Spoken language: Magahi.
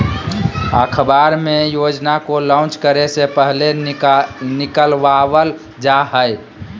अखबार मे योजना को लान्च करे से पहले निकलवावल जा हय